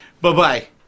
Bye-bye